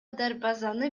дарбазаны